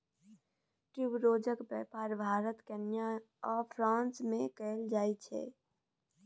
ट्यूबरोजक बेपार भारत केन्या आ फ्रांस मे कएल जाइत छै